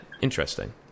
interesting